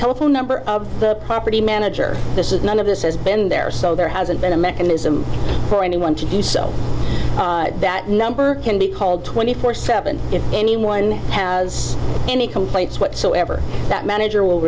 telephone number of the property manager this is none of us has been there so there hasn't been a mechanism for anyone to do so that number can be called twenty four seven if anyone has any complaints whatsoever that manager will